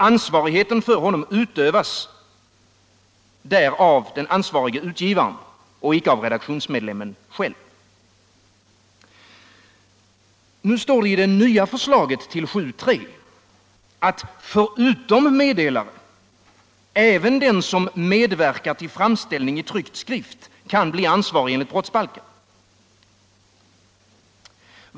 Ansvarigheten för honom utövas där av den ansvarige utgivaren och icke av redaktionsmedlemmen själv. Nu står det i det nya förslaget till 7:3 att förutom meddelare även den som medverkar till framställning i tryckt skrift kan bli ansvarig enligt brottsbalken.